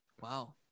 Wow